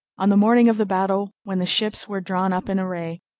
on the morning of the battle, when the ships were drawn up in array,